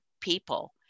people